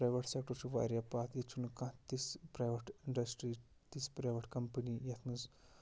private sector چھُ واریاہ پَتھ ییٚتہِ چھُنہٕ کانٛہہ تِژھ پرٛوٮ۪ٹ اِنڈَسٹرٛی تژھِ پرٛوٮ۪ٹ کَمپٔنی یَتھ منٛز